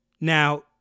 Now